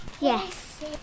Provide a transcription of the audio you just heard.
Yes